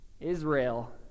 israel